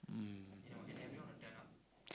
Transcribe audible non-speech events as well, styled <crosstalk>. mm <breath>